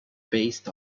based